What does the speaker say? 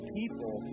people